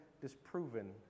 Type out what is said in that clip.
disproven